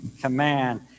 command